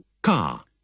Car